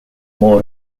more